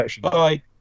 Bye